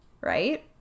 Right